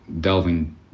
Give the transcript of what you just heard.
delving